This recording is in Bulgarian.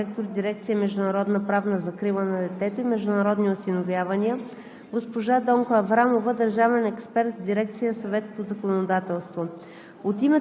господин Евгени Стоянов – заместник-министър, госпожа Милена Първанова – директор на дирекция „Международна правна закрила на детето и международни осиновявания“,